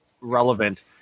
relevant